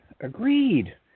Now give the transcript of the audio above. Agreed